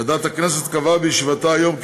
ועדת הכנסת קבעה בישיבתה היום כי